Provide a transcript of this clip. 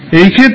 এই ক্ষেত্রে